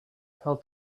fell